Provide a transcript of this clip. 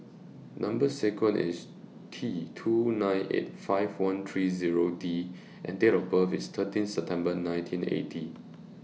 Number sequence IS T two nine eight five one three Zero D and Date of birth IS thirteen September nineteen eighty